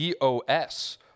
DOS